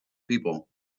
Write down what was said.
people